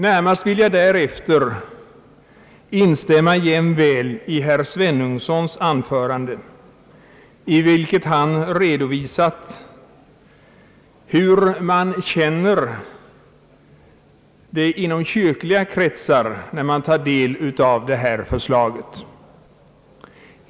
Närmast därefter vill jag instämma jämväl i herr Svenungssons anförande i vilket han redovisar hur man käner det i kyrkliga kretsar när man tar del av det här förslaget.